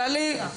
טלי,